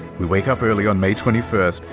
we wake up early on may twenty first.